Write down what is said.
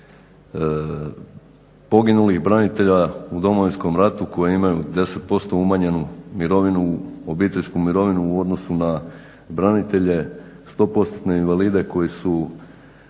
poginulih branitelja u Domovinskom ratu koji imaju 10% umanjenu mirovinu, obiteljsku mirovinu u odnosu na branitelje, 100%-tne invalide koji su